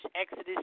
Exodus